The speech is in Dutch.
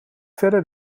verder